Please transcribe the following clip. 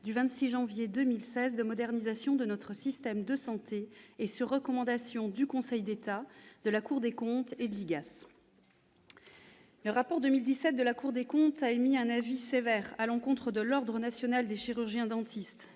du 26 janvier 2016 de modernisation de notre système de santé, et sur recommandation du Conseil d'État, de la Cour des comptes et de l'IGAS. Le rapport 2017 de la Cour des comptes a émis un avis sévère à l'encontre de l'ordre national des chirurgiens-dentistes